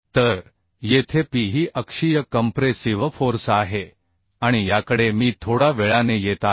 तर येथे p ही अक्षीय कंप्रेसिव्ह फोर्स आहे आणि याकडे मी थोडा वेळाने येत आहे